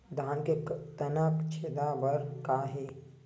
धान के तनक छेदा बर का हे?